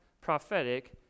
prophetic